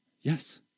Yes